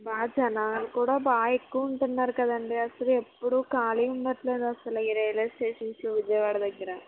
బాగా జనాలు కూడా బాగా ఎక్కువ ఉంటున్నారు కదండి అసలు ఎప్పుడు ఖాళీ ఉండట్లేదు అసలు ఈ రైల్వే స్టేషన్స్ విజయవాడ దగ్గర